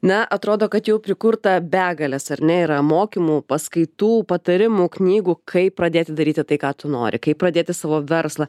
na atrodo kad jau prikurta begalės ar ne yra mokymų paskaitų patarimų knygų kaip pradėti daryti tai ką tu nori kaip pradėti savo verslą